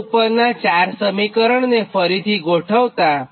હવે ઊપરનાં 4 સમીકરણોને ફરી ગોઠવતાં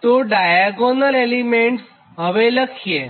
તો ડાયાગોનલ એલિમેન્ટસ લખો